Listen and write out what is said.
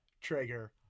Traeger